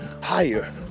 higher